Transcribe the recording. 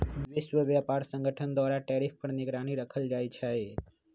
विश्व व्यापार संगठन द्वारा टैरिफ पर निगरानी राखल जाइ छै